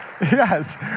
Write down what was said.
yes